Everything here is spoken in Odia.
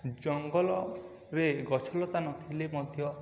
ଜଙ୍ଗଲରେ ଗଛଲତା ନଥିଲେ ମଧ୍ୟ